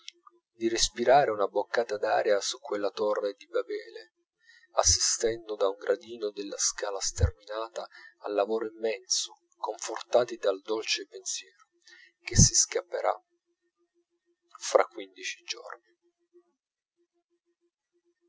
di respirare una boccata d'aria su quella torre di babele assistendo da un gradino della scala sterminata al lavoro immenso confortati dal dolce pensiero che si scapperà fra quindici giorni